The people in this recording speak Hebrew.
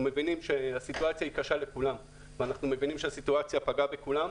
אנחנו מבינים שהסיטואציה קשה לכולם ושהיא פגעה בכולם,